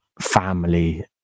family